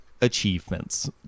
achievements